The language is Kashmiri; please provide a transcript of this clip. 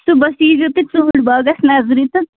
صُبحَس یی زیٚو تُہۍ ژوٗنٛٹھۍ باغَس نظرِ تہٕ